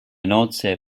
nozze